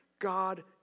God